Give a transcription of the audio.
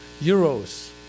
euros